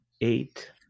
eight